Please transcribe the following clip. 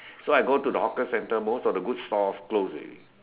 so I go to the hawker centre most of the good stalls close already